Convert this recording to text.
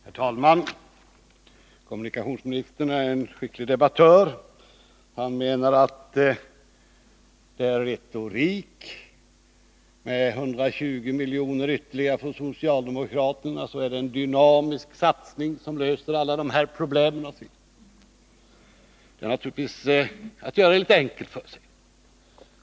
Herr talman! Kommunikationsministern är en skicklig debattör. Han menar att det är fråga om retorik när man säger att de ytterligare 120 miljonerna från socialdemokraterna utgör en dynamisk satsning som löser alla problem. Det är naturligtvis att göra det litet väl enkelt för sig.